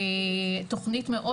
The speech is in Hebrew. תוכנית מאוד,